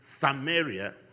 Samaria